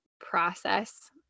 process